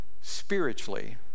spiritually